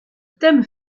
thème